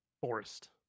forest